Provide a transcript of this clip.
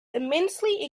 immensely